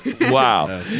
Wow